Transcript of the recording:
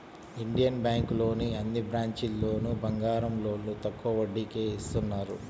Indian బ్యేంకులోని అన్ని బ్రాంచీల్లోనూ బంగారం లోన్లు తక్కువ వడ్డీకే ఇత్తన్నారు